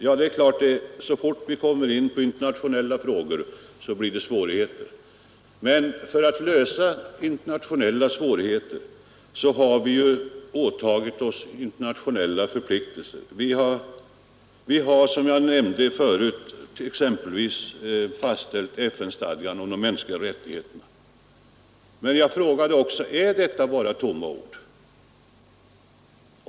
Så snart vi kommer in på internationella frågor blir det givetvis svårigheter. Men för att lösa internationella svårigheter har vi åtagit oss internationella förpliktelser. Vi har, som jag nämnde tidigare, exempelvis godkänt FN-stadgan om de mänskliga rättigheterna. Men jag frågade också: Är det bara tomma ord?